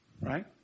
right